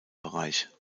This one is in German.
bereich